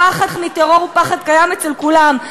הפחד מטרור הוא פחד קיים אצל כולם,